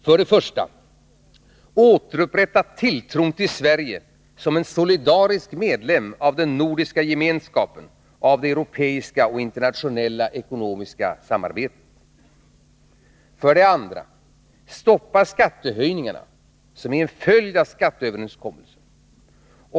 För det första: Återupprätta tilltron till Sverige som en solidarisk medlem av den nordiska gemenskapen och av det europeiska och internationella ekonomiska samarbetet! För det andra: Stoppa skattehöjningarna som är en följd av skatteöverenskommelsen!